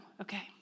okay